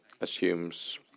assumes